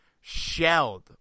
shelled